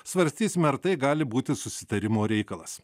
svarstysime ar tai gali būti susitarimo reikalas